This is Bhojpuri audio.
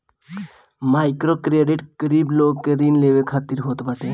माइक्रोक्रेडिट गरीब लोग के ऋण लेवे खातिर होत बाटे